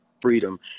freedom